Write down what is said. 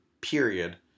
period